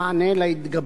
התופעה